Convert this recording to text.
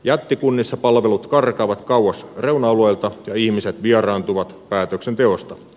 jättikunnissa palvelut karkaavat kauas reuna alueilta ja ihmiset vieraantuvat päätöksenteosta